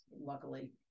luckily